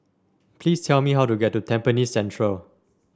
please tell me how to get to Tampines Central